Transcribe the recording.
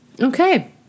Okay